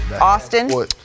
Austin